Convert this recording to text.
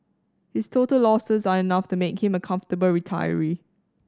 his total losses are enough to make him a comfortable retiree